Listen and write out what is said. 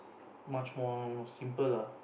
much more simple lah